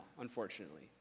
unfortunately